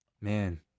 Man